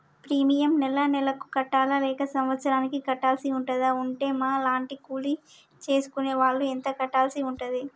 Premium నెల నెలకు కట్టాలా లేక సంవత్సరానికి కట్టాల్సి ఉంటదా? ఉంటే మా లాంటి కూలి చేసుకునే వాళ్లు ఎంత కట్టాల్సి ఉంటది?